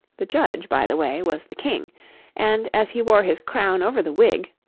the judge, by the way, was the king and as he wore his crown over the wig,